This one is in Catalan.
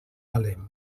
valem